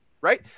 right